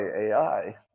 AI